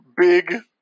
big